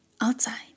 outside